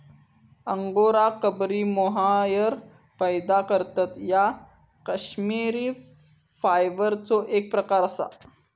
angora बकरी mohair पैदा करतत ता कश्मिरी फायबरचो एक प्रकार असा